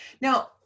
Now